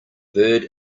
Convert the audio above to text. bird